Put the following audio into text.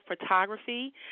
photography